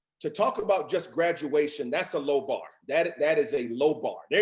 to talk about just graduation, that's a low bar. that that is a low bar. yeah